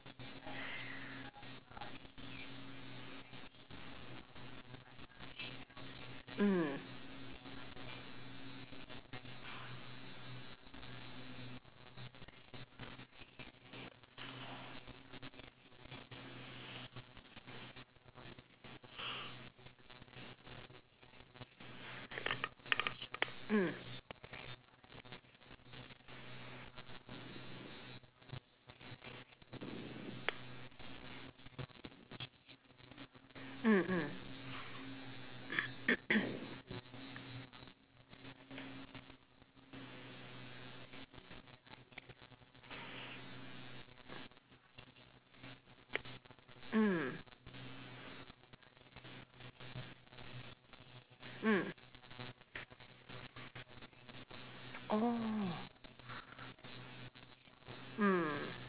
mm mm mm mm mm mm oh mm